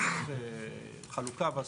בסעיף חלוקה ואספקה.